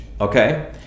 okay